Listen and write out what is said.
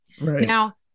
now